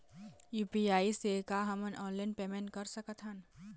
UPI से का हमन ऑनलाइन पेमेंट कर सकत हन?